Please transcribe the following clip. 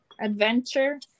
adventure